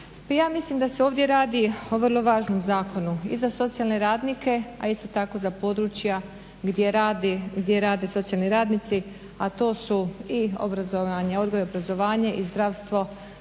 ja mislim da se ovdje radi o vrlo važnom zakonu i za socijalne radnike a isto tako i za područja gdje rade socijalni radnici a to su i odgoj i obrazovanje i zdravstvo,